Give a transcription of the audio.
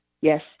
yes